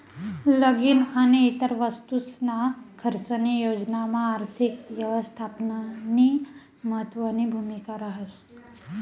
लगीन आणि इतर वस्तूसना खर्चनी योजनामा आर्थिक यवस्थापननी महत्वनी भूमिका रहास